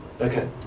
okay